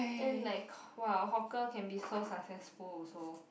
then like !wow! hawker can be so successful also